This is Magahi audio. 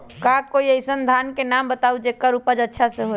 का कोई अइसन धान के नाम बताएब जेकर उपज अच्छा से होय?